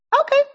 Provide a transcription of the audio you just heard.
Okay